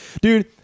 Dude